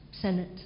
Senate